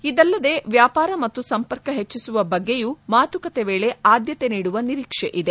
ಇದಲ್ಲದೆ ವ್ಯಾಪಾರ ಮತ್ತು ಸಂಪರ್ಕ ಹೆಚ್ಚಿಸುವ ಬಗ್ಗೆಯೂ ಮಾತುಕತೆ ವೇಳೆ ಆದ್ಯತೆ ನೀಡುವ ನಿರೀಕ್ಷೆ ಇದೆ